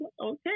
Okay